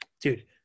dude